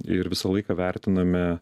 ir visą laiką vertiname